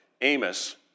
Amos